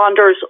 responders